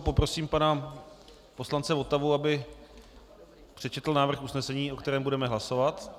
Poprosím pana poslance Votavu, aby přečetl návrh usnesení, o kterém budeme hlasovat.